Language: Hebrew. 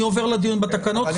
אני עובר לדיון בתקנות,